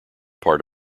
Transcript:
part